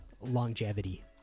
longevity